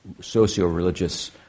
socio-religious